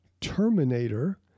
terminator